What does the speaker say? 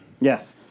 Yes